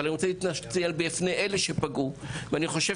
אבל אני רוצה להתנצל בפני אלה שפגעו ואני חושב